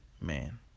man